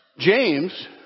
James